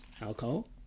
alcohol